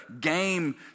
game